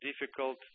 difficult